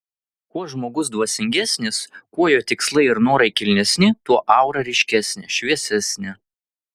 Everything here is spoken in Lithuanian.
kuo žmogus dvasingesnis kuo jo tikslai ir norai kilnesni tuo aura ryškesnė šviesesnė